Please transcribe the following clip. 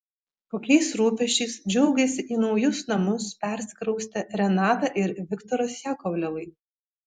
kokiais rūpesčiais džiaugiasi į naujus namus persikraustę renata ir viktoras jakovlevai